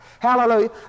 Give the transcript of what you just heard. Hallelujah